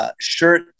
shirt